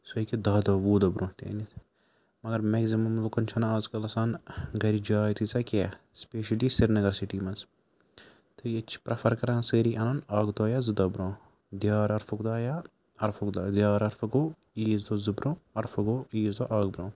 سُہ ہیٚکہِ دَاہ دۄہ وُہ دۄہ برونٛہہ أنِتھ مگر میٚکزِمَم لُکَن چھَنہٕ اَزکَل آسان گَرِ جاے تیٖژاہ کینٛہہ سُپیشٕلی سریٖنَگر سِٹی منٛز تہٕ ییٚتہِ چھِ پرٛٮ۪فَر کَران سٲری اَنُن اَکھ دۄہ یا زٕ دۄہ برونٛہہ دیار عرفُک دۄہ یا عرفُک دۄہ دیار عرفہ گوٚو عیٖذ دۄہ زٕ برونٛہہ عرفہٕ گوٚو عیٖز دۄہ اَکھ برونٛہہ